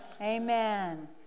Amen